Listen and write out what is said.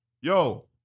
yo